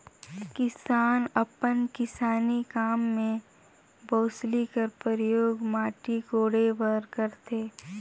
किसान अपन किसानी काम मे बउसली कर परियोग माटी कोड़े बर करथे